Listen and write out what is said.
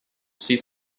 sie